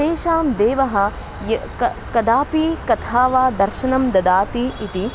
तेषां देवः य क कदापि कथा वा दर्शनं ददाति इति